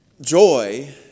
joy